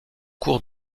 cours